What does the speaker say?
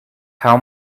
how